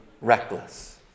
reckless